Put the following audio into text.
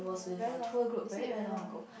very long is it very long